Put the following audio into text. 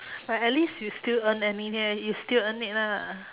but at least you still earn I mean eh you still earn it lah